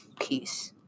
Peace